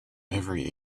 every